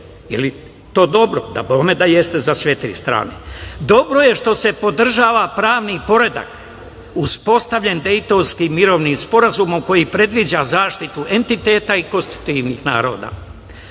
li to dobro? Dabome da jeste za sve tri strane. Dobro je što se podržava pravni poredak uspostavljen Dejtonskim mirovnim sporazumom koji predviđa zaštitu entiteta i konstitutivnih naroda.